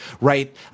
right